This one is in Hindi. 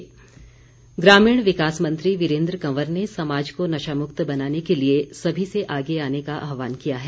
वीरेन्द्र कंवर ग्रामीण विकास मंत्री वीरेन्द्र कंवर ने समाज को नशामुक्त बनाने के लिए सभी से आगे आने का आह्वान किया है